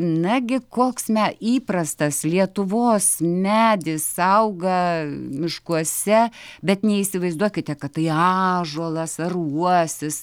nagi koks me įprastas lietuvos medis auga miškuose bet neįsivaizduokite kad tai ąžuolas ar uosis